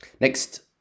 next